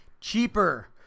cheaper